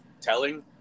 telling